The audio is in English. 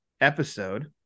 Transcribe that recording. episode